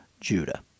Judah